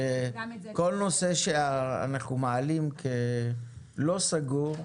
שכל נושא שאנחנו מעלים כלא סגור,